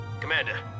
Commander